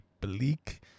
bleak